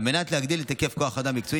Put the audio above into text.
על מנת להגדיל את היקף כוח האדם המקצועי